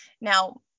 Now